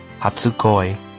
Hatsukoi